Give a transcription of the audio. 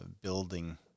building